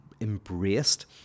embraced